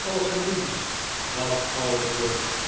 als een mensch wat ouder wordt